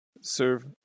serve